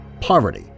poverty